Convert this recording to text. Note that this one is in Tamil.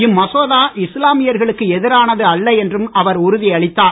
இம்மசோதா இஸ்லாமியர்களுக்கு எதிரானது அல்ல என்றும் அவர் உறுதியளித்தார்